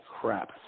crap